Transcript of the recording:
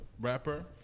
rapper